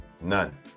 None